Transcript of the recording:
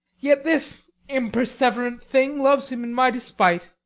yet this imperceiverant thing loves him in my despite.